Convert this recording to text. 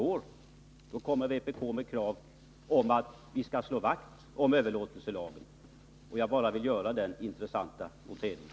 I dag kommer vpk med krav på att vi skall slå vakt om överlåtelselagen. Jag vill bara göra den intressanta noteringen.